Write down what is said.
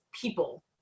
people